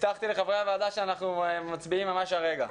הבטחתי לחברי הוועדה שאנחנו מצביעים ממש הרגע.